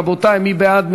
רבותי, מי בעד?